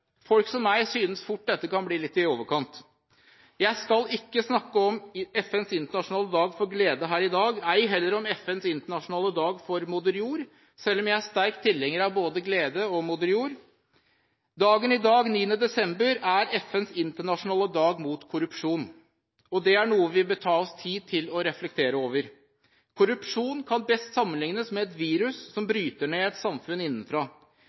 Folk som meg synes dette kan bli litt i overkant. Jeg skal i dag ikke snakke om FNs internasjonale dag for glede, ei heller om FNs internasjonale dag for moder jord – selv om jeg er sterkt tilhenger av både glede og moder jord. Dagen i dag, 9. desember, er FNs internasjonale dag mot korrupsjon, og det er noe vi bør ta oss tid til å reflektere over. Korrupsjon kan best sammenlignes med et virus som bryter ned et samfunn innenfra.